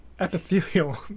epithelial